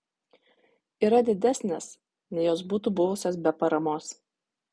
yra didesnės nei jos būtų buvusios be paramos